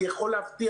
אני יכול להבטיח